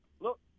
Look